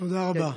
תודה רבה.